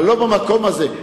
אבל לא במקום הזה.